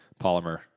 polymer